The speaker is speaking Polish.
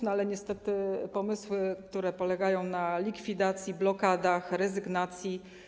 No ale niestety pomysły, które polegają na likwidacji, blokadach, rezygnacji.